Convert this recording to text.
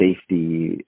safety